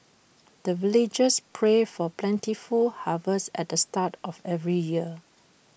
the villagers pray for plentiful harvest at the start of every year